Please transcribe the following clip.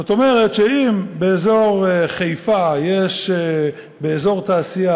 זאת אומרת שאם באזור חיפה יש באזור תעשייה